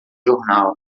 jornal